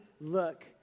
look